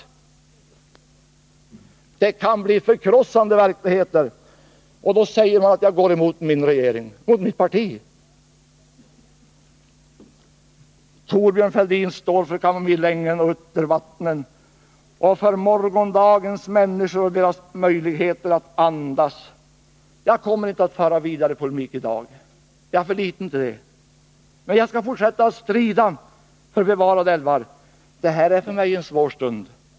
Det kan bli förkrossande verkligheter. Och då säger man att jag går emot min regering, emot mitt parti. Thorbjörn Fälldin står för kamomillängen, för uttervattnen, och för morgondagens människor och deras möjlighet att andas. Jag kommer inte att föra vidare polemik i dag — jag är för liten till det. Men jag skall fortsätta att strida för bevarade älvar. Detta är för mig en svår stund.